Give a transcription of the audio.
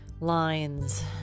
lines